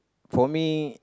for me